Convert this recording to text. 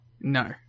No